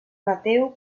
mateu